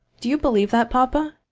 do you believe that, papa?